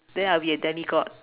then I'll be a demigod